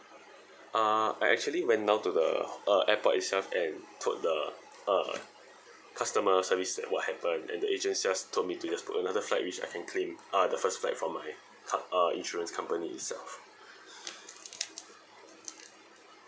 uh I actually went down to the uh airport itself and told the uh customer service that what happened and the agent just told me to book another flight which I can claim uh the first flight from my uh insurance company itself